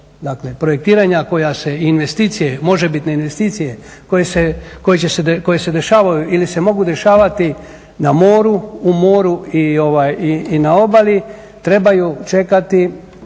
dakle projektiranja koja se, i investicije, možebitne investicije koje se, koje će se, koje se dešavaju ili se mogu dešavati na moru, u moru i na obali trebaju čekati